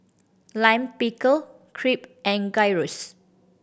Lime Pickle Crepe and Gyros